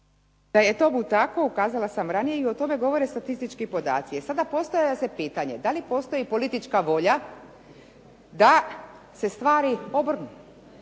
Da je tomu tako ukazala sam ranije i o tome govore statistički podaci. E sada postavlja se pitanje da li postoji politička volja da se stvari obrnu,